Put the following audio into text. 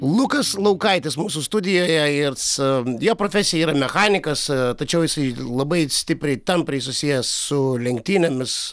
lukas laukaitis mūsų studijoje jis jo profesija yra mechanikas tačiau jisai labai stipriai tampriai susijęs su lenktynėmis